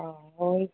हा हा ई